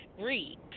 read